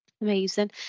amazing